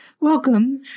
Welcome